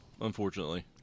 Unfortunately